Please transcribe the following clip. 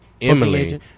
Emily